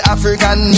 African